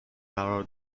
قرار